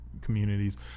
communities